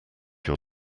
your